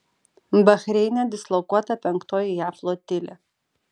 bahreine dislokuota penktoji jav flotilė